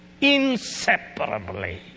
Inseparably